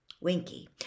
Winky